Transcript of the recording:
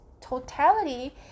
totality